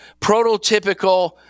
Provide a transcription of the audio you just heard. prototypical